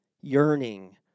yearning